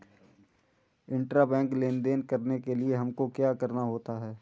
Intrabank लेन देन करने के लिए हमको क्या करना होता है?